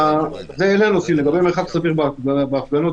לגבי מרחק סביר בהפגנות,